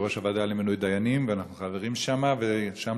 הוא יושב-ראש הוועדה למינוי דיינים.